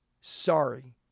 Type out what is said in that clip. Sorry